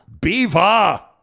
Beaver